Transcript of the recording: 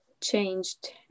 changed